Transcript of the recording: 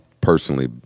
personally